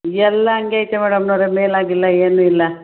ಎಲ್ಲ ಹಾಗೆ ಐತೆ ಮೇಡಮ್ನವ್ರೆ ಮೇಲಾಗಿಲ್ಲ ಏನೂ ಇಲ್ಲ